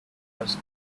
was